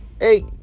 hey